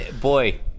boy